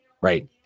right